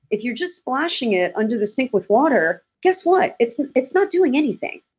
if you're just splashing it under the sink with water, guess what? it's it's not doing anything.